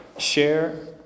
Share